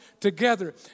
together